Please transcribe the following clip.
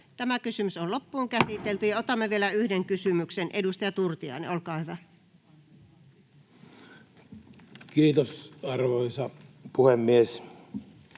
miljoonan euron muutos. Otamme vielä yhden kysymyksen. Edustaja Turtiainen, olkaa hyvä. Kiitos, arvoisa puhemies!